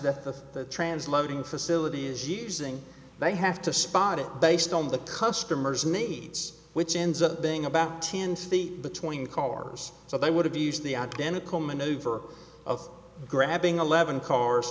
that the trans loading facility is using they have to spot it based on the customer's needs which ends up being about ten feet between cars so they would have used the identical maneuver of grabbing eleven cars